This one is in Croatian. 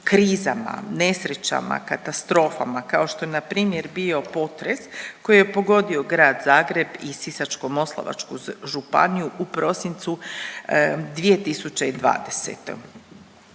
krizama, nesrećama, katastrofama kao što je na primjer bio potres koji je pogodio grad Zagreb i Sisačko-moslavačku županiju u prosincu 2020.,